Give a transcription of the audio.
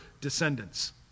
descendants